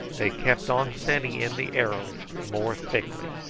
they kept on sending in the arrows more thickly,